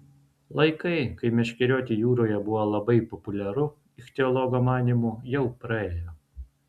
laikai kai meškerioti jūroje buvo labai populiaru ichtiologo manymu jau praėjo